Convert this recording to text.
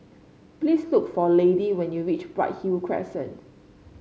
please look for Lady when you reach Bright Hill Crescent